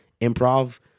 improv